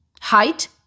Height